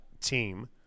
team